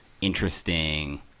interesting